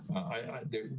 i did.